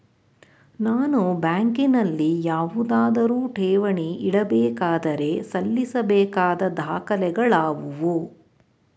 ನಾನು ಬ್ಯಾಂಕಿನಲ್ಲಿ ಯಾವುದಾದರು ಠೇವಣಿ ಇಡಬೇಕಾದರೆ ಸಲ್ಲಿಸಬೇಕಾದ ದಾಖಲೆಗಳಾವವು?